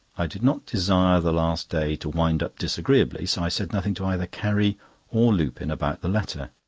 i did not desire the last day to wind up disagreeably, so i said nothing to either carrie or lupin about the letter.